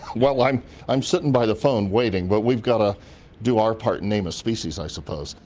well, i'm i'm sitting by the phone waiting, but we've got to do our part and name a species, i suppose.